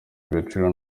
agaciro